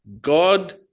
God